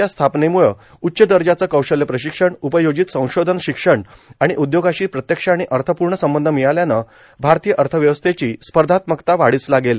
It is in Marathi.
च्या स्थापनेमूळे उच्च दर्जाचे कौशल्य प्रशिक्षण उपयोजित संशोधन शिक्षण आणि उद्योगाशी प्रत्यक्ष आणि अर्थपूर्ण संबंध मिळाल्याने भारतीय अर्थव्यवस्थेची स्पर्धात्मकता वाढीस लागेल